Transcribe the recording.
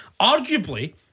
Arguably